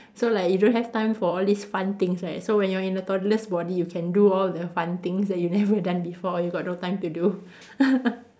so like you don't have time for all these fun things right so when you're in a toddler's body you can do all the fun things that you never done before you got no time to do